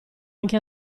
anche